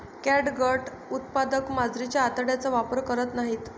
catgut उत्पादक मांजरीच्या आतड्यांचा वापर करत नाहीत